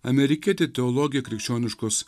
amerikietė teologė krikščioniškos